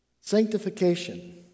Sanctification